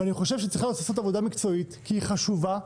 ואני חושב שצריכה להיעשות עבודה מקצועית כי היא חשובה,